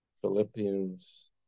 philippians